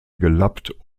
gelappt